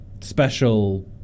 special